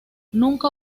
nunca